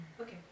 Okay